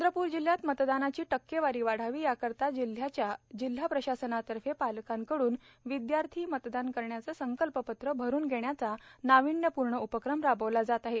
चंद्रपूर जिल्ह्यात मतदानाची टक्केवारी वाढावी याकरिता जिल्ह्याच्या जिल्हा प्रशासनामार्फत पालकांकड्रन विद्यार्थी मतदान करण्याचे संकल्पपत्र भरून घेण्याचा नाविन्यपूर्ण उपक्रम राबवला जात आहे